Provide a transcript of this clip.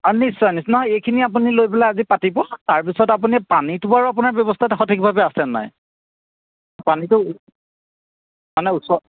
অঁ নিশ্চয় নিশ্চয় নহয় এইখিনি আপুনি লৈ পেলাই আজি পাতিব তাৰপিছত আপুনি পানীটো বাৰু আপোনাৰ ব্যৱস্থাটো সঠিকভাৱে আছেনে নাই পানীটো মানে ওচৰ